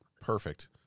Perfect